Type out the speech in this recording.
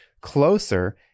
closer